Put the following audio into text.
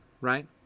right